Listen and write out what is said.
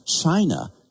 China